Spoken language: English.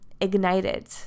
ignited